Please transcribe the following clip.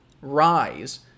rise